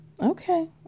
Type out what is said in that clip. Okay